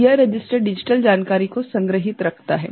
तो यह register digital जानकारी को संग्रहीत रखता है